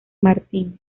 martín